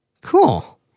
Cool